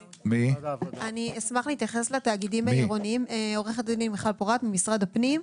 שלום, אני עו"ד מיכל פורת ממשרד הפנים.